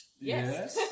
Yes